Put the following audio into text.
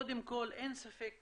קודם כל אין ספק